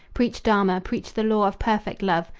preach dharma, preach the law of perfect love,